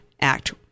act